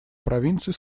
провинций